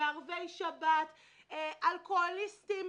כולל ערבי שבת, אלכוהוליסטים,